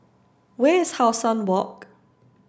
where is How Sun Walk